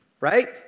right